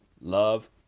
love